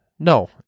No